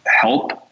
help